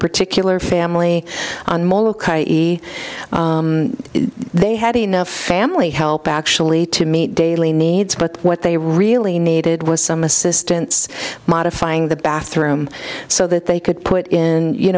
particular family they had enough family help actually to meet daily needs but what they really needed was some assistance my modifying the bathroom so that they could put in you